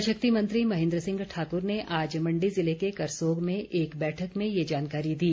जल शक्ति मंत्री महेन्द्र सिंह ठाकुर ने आज मण्डी जिले के करसोग में एक बैठक में ये जानकारी दी